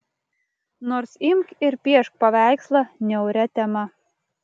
nors imk ir piešk paveikslą niauria tema